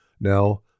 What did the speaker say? now